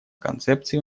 концепции